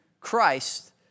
Christ